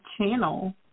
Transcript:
channel